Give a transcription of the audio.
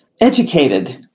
educated